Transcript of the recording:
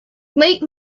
late